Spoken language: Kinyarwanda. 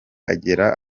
agera